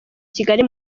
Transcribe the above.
kigali